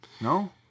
No